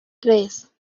tres